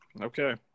Okay